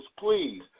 please